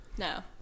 No